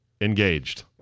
engaged